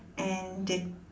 and the